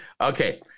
okay